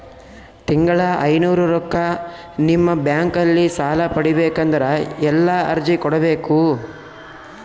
ತಿಂಗಳ ಐನೂರು ರೊಕ್ಕ ನಿಮ್ಮ ಬ್ಯಾಂಕ್ ಅಲ್ಲಿ ಸಾಲ ಪಡಿಬೇಕಂದರ ಎಲ್ಲ ಅರ್ಜಿ ಕೊಡಬೇಕು?